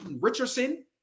Richardson